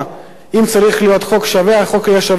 אם צריך להיות חוק שווה, החוק יהיה שווה לכולם,